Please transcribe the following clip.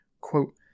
Quote